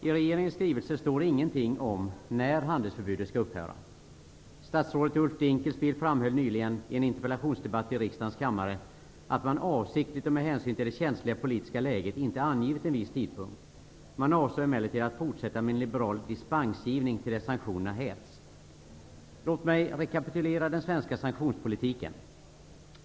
I regeringens skrivelse står ingenting om när handelsförbudet skall upphöra. Statsrådet Ulf Dinkelspiel framhöll nyligen i en interpellationsdebatt i riksdagen att man avsiktligt och med hänsyn till det känsliga politiska läget inte angivit en viss tidpunkt. Man avsåg emellertid att fortsätta med en liberal dispensgivning till dess att sanktionerna hävts. Låt mig rekapitulera den svenska sanktionspolitiken.